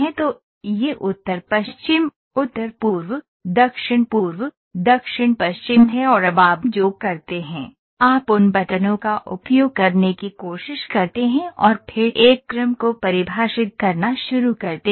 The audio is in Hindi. तो यह उत्तर पश्चिम उत्तर पूर्व दक्षिण पूर्व दक्षिण पश्चिम है और अब आप जो करते हैं आप उन बटनों का उपयोग करने की कोशिश करते हैं और फिर एक क्रम को परिभाषित करना शुरू करते हैं